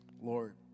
Lord